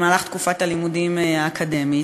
בתקופת הלימודים האקדמית.